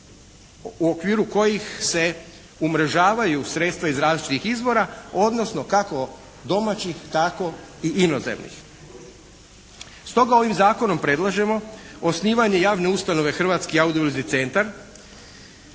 u okviru kojih se umrežavaju sredstva iz različitih izvora odnosno kako domaćih tako i inozemnih. Stoga ovim zakonom predlažemo osnivanje javne ustanove Hrvatski audiovizualni centar